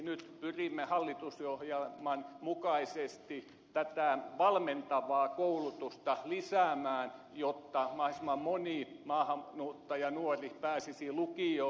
nyt pyrimme hallitusohjelman mukaisesti tätä valmentavaa koulutusta lisäämään jotta mahdollisimman moni maahanmuuttajanuori pääsisi lukioon